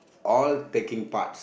all taking parts